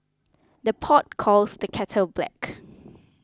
the pot calls the kettle black